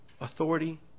authority